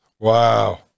Wow